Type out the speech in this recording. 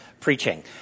preaching